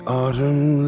autumn